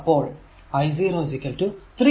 അപ്പോൾ i 0 3 v h ആണ്